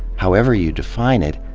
however you define it,